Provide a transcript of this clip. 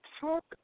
talk